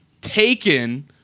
taken